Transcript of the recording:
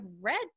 read